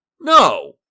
No